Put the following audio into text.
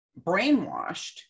brainwashed